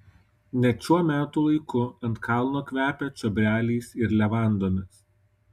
net šiuo metų laiku ant kalno kvepia čiobreliais ir levandomis